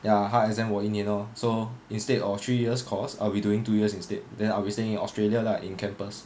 ya 他 exempt 我一年 lor so instead of three years course I'll be doing two years instead then I'll be staying in australia lah in campus